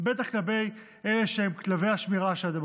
בטח כלפי אלה שהם כלבי השמירה של הדמוקרטיה.